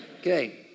Okay